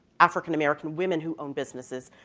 african-american women who owned businesses,